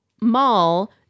mall